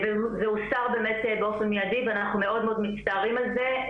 זה הוסר באמת באופן מיידי ואנחנו מאוד מצטערים על זה,